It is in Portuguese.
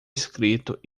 escrito